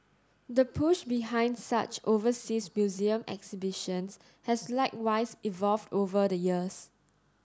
the push behind such overseas museum exhibitions has likewise evolved over the years